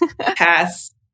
Pass